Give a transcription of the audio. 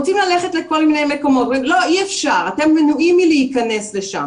אם רוצים ללכת למקומות מסוימים ואומרים להם שהם מנועים מלהיכנס לשם